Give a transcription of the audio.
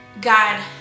god